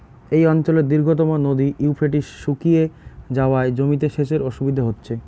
এই অঞ্চলের দীর্ঘতম নদী ইউফ্রেটিস শুকিয়ে যাওয়ায় জমিতে সেচের অসুবিধে হচ্ছে